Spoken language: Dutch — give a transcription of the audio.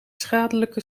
schadelijke